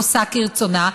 עושה כרצונה,